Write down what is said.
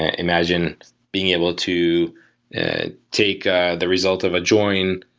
ah imagine being able to and take ah the result of a join,